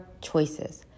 choices